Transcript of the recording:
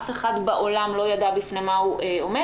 אף אחד בעולם לא ידע בפני מה הוא עומד.